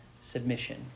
submission